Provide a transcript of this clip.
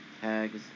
Tags